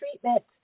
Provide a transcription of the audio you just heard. treatment